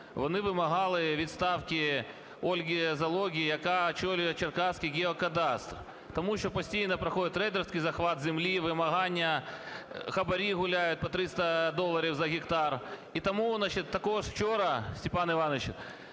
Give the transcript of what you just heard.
Вони вимагали відставки Ольги Залоги, яка очолює черкаський геокадастр. Тому що постійно проходить рейдерський захват землі, вимагання, хабарі гуляють по 300 доларів за гектар. І тому, значить, також вчора, Степан Іванович,